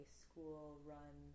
school-run